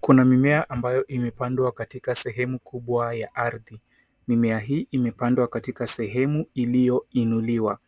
Kuna mimea ambayo imepandwa katika sehemu kubwa ya arthi, mimea hii imepandwa katika sehemu iliyo inuliwa